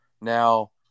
Now